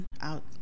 out